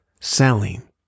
selling